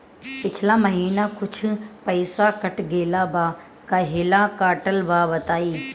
पिछला महीना कुछ पइसा कट गेल बा कहेला कटल बा बताईं?